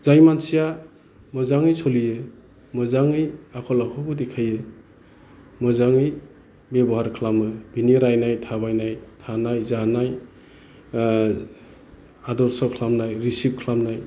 जाय मानसिया मोजाङै सोलियो मोजाङै आखल आखुखौ देखायो मोजाङै बेबहार खालामो बिनि रायनाय थाबायनाय थानाय जानाय आदरस' ख्लामनाय रिसिभ ख्लामनाय